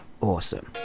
awesome